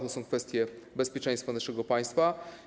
To są kwestie bezpieczeństwa naszego państwa.